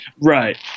Right